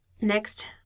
Next